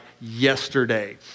yesterday